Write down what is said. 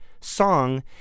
song